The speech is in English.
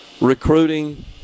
recruiting